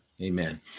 Amen